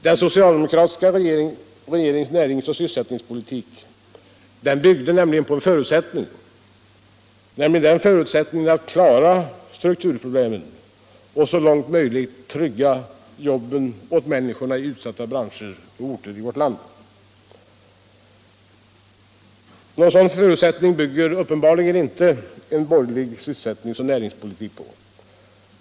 Den socialdemokratiska regeringens näringsoch sysselsättningspolitik byggde nämligen på förutsättningen att klara strukturproblemen och så långt möjligt trygga jobben åt människorna i utsatta branscher och orter. Någon sådan förutsättning bygger uppenbarligen inte en borgerlig sysselsättningsoch näringspolitik på.